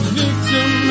victim